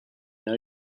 know